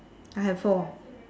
I have four